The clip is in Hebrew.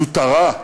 זוטרה,